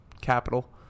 capital